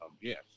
Yes